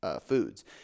foods